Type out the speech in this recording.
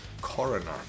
coroner